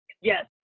Yes